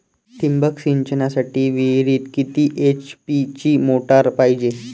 ठिबक सिंचनासाठी विहिरीत किती एच.पी ची मोटार पायजे?